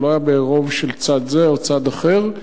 זה לא היה ברוב של צד זה או צד אחר.